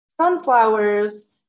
Sunflowers